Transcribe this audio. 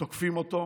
שתוקפים אותו,